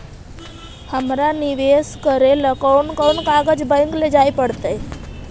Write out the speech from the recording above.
हमरा निवेश करे ल कोन कोन कागज बैक लेजाइ पड़तै?